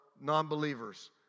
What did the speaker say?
non-believers